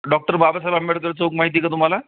doctor Babasaheb Ambedkar चौक माहिती का तुम्हाला